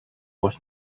was